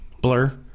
Blur